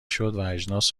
شدواجناس